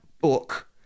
book